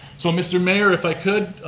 so mr. mayor if i could,